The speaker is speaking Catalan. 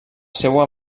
seua